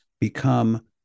become